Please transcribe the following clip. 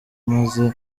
amaze